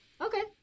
okay